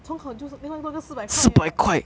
重考就是另外多一个四百块 eh